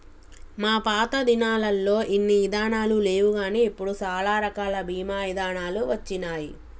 మా పాతదినాలల్లో ఇన్ని ఇదానాలు లేవుగాని ఇప్పుడు సాలా రకాల బీమా ఇదానాలు వచ్చినాయి